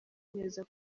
neza